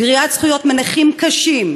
גריעת זכויות מנכים קשים,